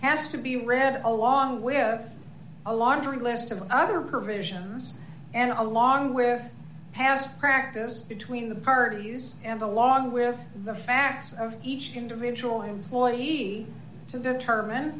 has to be read along the way has a laundry list of other provisions and along with past practice between the parties and along with the facts of each individual employee to determine